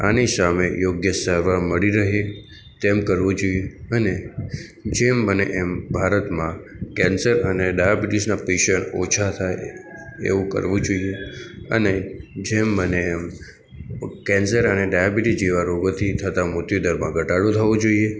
આની સામે યોગ્ય સારવાર મળી રહે તેમ કરવું જોઈએ અને જેમ બને એમ ભારતમાં કૅન્સર અને ડાયબીટિઝનાં પેશન્ટ ઓછાં થાય એવું કરવું જોઈએ અને જેમ બને એમ કૅન્સર અને ડાયબીટિઝ જેવા રોગોથી થતા મૃત્યુદરમાં ઘટાડો થવો જોઈએ